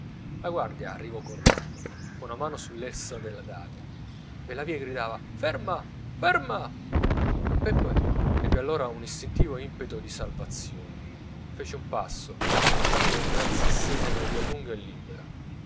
la guardia arrivò correndo con una mano sull'elsa della daga per la via gridava ferma ferma don peppe ebbe allora un istintivo impeto di salvazione fece un passo guardando innanzi a sè nella via lunga e libera